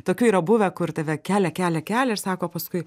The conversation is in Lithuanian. tokių yra buvę kur tave kelia kelia kelia ir sako paskui